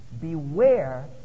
beware